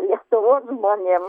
lietuvos žmonėms